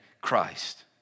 Christ